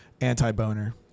Anti-boner